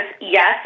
yes